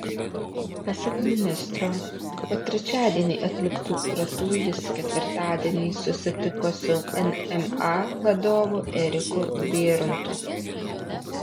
pasak ministro po trečiadienį atliktų kratų jis ketvirtadienį susitiko su nma vadovu eriku bėrontu